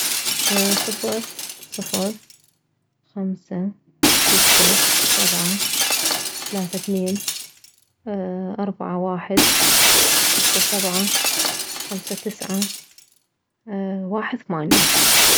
صفر صفر خمسة ستة سبعة ثلاثة اثنين اربعة واحد ستة سبعة خمسة تسعة واحد ثمانية